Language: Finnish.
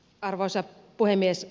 arvoisa puhemies